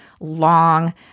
long